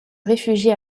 réfugie